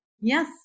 Yes